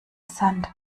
sand